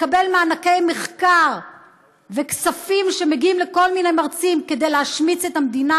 לקבל מענקי מחקר וכספים שמגיעים לכל מיני מרצים כדי להשמיץ את המדינה.